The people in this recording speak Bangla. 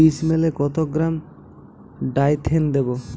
ডিস্মেলে কত গ্রাম ডাইথেন দেবো?